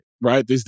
right